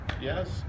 Yes